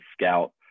scout